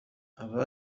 aba